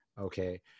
okay